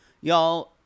y'all